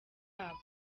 babo